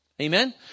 Amen